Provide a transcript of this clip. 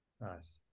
Nice